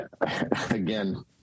again